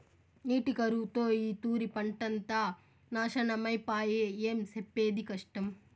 నీటి కరువుతో ఈ తూరి పంటంతా నాశనమై పాయె, ఏం సెప్పేది కష్టం